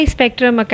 Spectrum